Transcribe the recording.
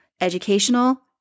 educational